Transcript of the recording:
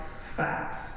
facts